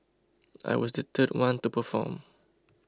I was the third one to perform